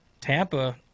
Tampa